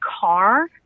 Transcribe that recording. car